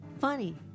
funny